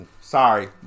Sorry